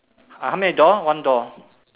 how many door one door